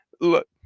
look